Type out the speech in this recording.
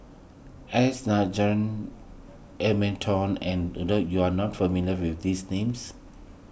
S Nigel Hamilton and you are not familiar with these names